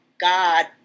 God